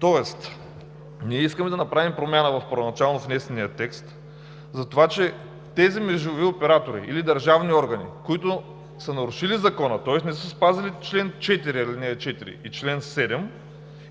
тоест ние искаме да направим промяна в първоначално внесения текст за това, че тези мрежови оператори или държавни органи, които са нарушили Закона, тоест не са спазили чл. 4, ал. 4 и чл. 7